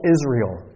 Israel